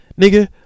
nigga